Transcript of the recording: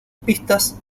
pistas